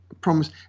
promise